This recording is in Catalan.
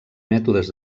mètodes